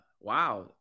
wow